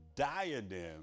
Diadem